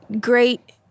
great